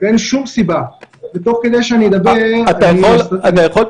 אתה יכול,